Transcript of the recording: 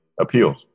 appeals